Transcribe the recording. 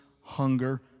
hunger